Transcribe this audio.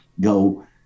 go